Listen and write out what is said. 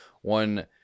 one